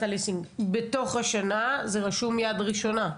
הליסינג בתוך השנה זה רשום "יד ראשונה"?